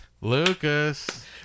lucas